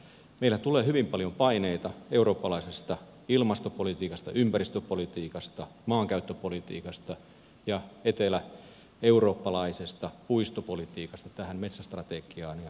meillä tulee hyvin paljon paineita eurooppalaisesta ilmastopolitiikasta ympäristöpolitiikasta maankäyttöpolitiikasta ja eteläeurooppalaisesta puistopolitiikasta tähän metsästrategiaan